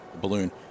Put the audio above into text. balloon